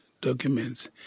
documents